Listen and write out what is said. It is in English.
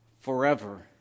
forever